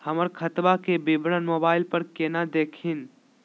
हमर खतवा के विवरण मोबाईल पर केना देखिन?